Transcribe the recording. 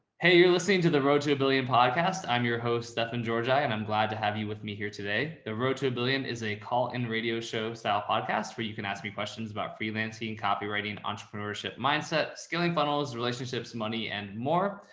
hey, you're listening to the road to a billion podcast. i'm your host stefan georgi. and i'm glad to have you with me here today. the road to a billion is a call-in radio show style podcast, where you can ask me questions about freelancing, copywriting, entrepreneurship mindset, scaling funnels, relationships, money, and more.